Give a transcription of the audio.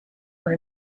for